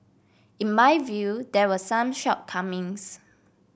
in my view there were some shortcomings